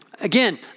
Again